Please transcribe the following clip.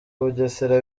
bugesera